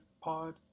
POD